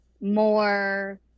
more